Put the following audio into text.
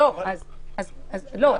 לא, לא.